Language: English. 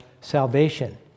salvation